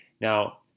Now